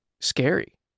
scary